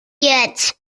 jetzt